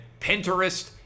Pinterest